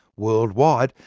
worldwide,